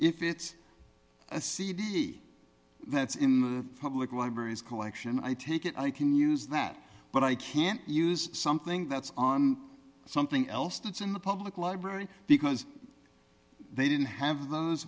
if it's a cd that's in the public libraries collection i take it i can use that but i can't use something that's on something else that's in the public library because they didn't have